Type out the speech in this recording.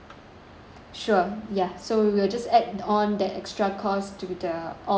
sure yeah so we'll just add on that extra cost to the all the days lah